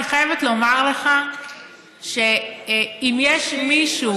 אני חייבת לומר לך שאם יש מישהו,